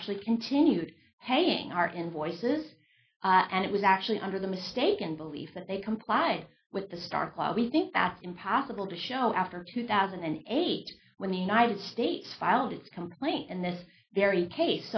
actually continued paying our invoices and it was actually under the mistaken belief that they complied with the stark law we think that's impossible to show after two thousand and eight when the united states filed its complaint and this very case